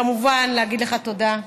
וכמובן, להגיד לך תודה.